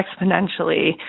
exponentially